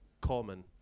common